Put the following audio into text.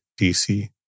DC